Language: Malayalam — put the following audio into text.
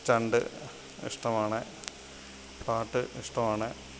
സ്റ്റണ്ട് ഇഷ്ടമാണെ പാട്ട് ഇഷ്ടമാണെ